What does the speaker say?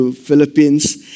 Philippines